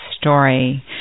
story